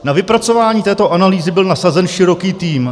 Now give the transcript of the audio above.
Na vypracování této analýzy byl nasazen široký tým.